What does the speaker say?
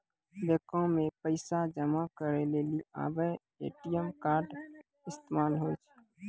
बैको मे पैसा जमा करै लेली आबे ए.टी.एम कार्ड इस्तेमाल होय छै